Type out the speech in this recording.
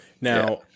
Now